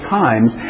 times